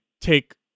take